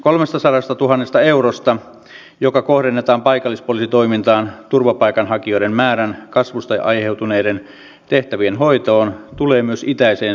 on myös paljastunut että valtiovarainministeriön viestintäosasto on pyrkinyt ohjaamaan huomiota pois hallintarekisterin kielteisistä vaikutuksista osakeomistusten julkisuudelle